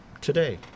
today